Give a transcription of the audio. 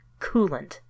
Coolant